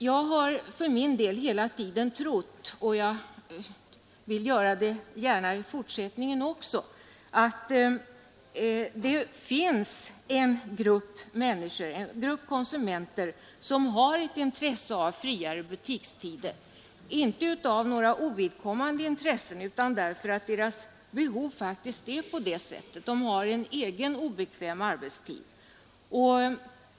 Jag tror att det finns en grupp konsumenter som har nytta av friare butikstider, alltså inte bara några ovidkommande intressen utan ett praktiskt behov av sådana butikstider. Det är t.ex. människor med egen obekväm arbetstid.